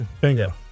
Bingo